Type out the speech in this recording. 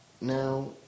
Now